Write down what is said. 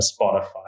Spotify